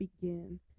begin